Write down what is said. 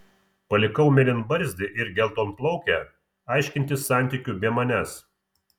palikau mėlynbarzdį ir geltonplaukę aiškintis santykių be manęs